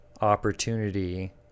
Opportunity